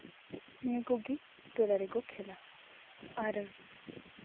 ᱱᱤᱭᱟᱹ ᱠᱚᱜᱮ ᱴᱚᱞᱟ ᱨᱮᱠᱚ ᱠᱷᱮᱞᱟ ᱟᱨ